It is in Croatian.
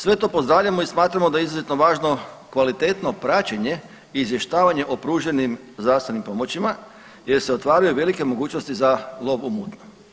Sve to pozdravljao i smatramo da je izuzetno važno kvalitetno praćenje i izvještavanje o pruženim zdravstvenim pomoćima jer se otvaraju velike mogućnosti za lov u mutnom.